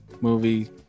movie